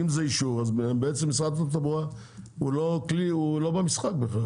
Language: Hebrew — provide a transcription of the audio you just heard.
אם זה אישור אז בעצם משרד התחבורה הוא לא במשחק בכלל.